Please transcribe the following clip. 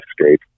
escape